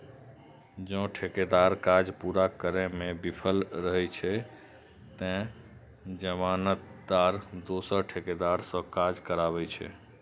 जौं ठेकेदार काज पूरा करै मे विफल रहै छै, ते जमानतदार दोसर ठेकेदार सं काज कराबै छै